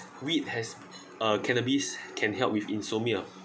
weed has uh cannabis can help with insomnia